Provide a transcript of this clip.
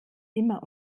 immer